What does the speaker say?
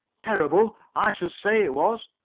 terrible! i should say it was!